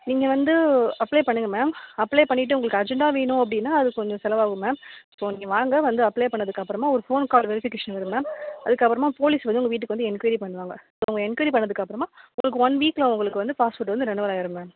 நீங்கள் வந்து அப்ளை பண்ணுங்கள் மேம் அப்ளை பண்ணிவிட்டு உங்களுக்கு அர்ஜென்டாக வேணும் அப்படின்னா அதுக்குக் கொஞ்சம் செலவாகும் மேம் இப்போ நீங்கள் வாங்க வந்து அப்ளை பண்ணதுக்கு அப்புறமா ஒரு ஃபோன் கால் வெரிஃபிகேஷன் வரும் மேம் அதுக்கு அப்புறமா போலீஸ் வந்து உங்கள் வீட்டுக்கு வந்து என்கொயரி பண்ணுவாங்க அவங்க என்கொயரி பண்ணதுக்கு அப்புறமா உங்களுக்கு ஒன் வீக்ல உங்களுக்கு வந்து பாஸ்போர்ட் வந்து ரெனுவலாயிரும் மேம்